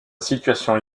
situation